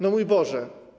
No mój Boże.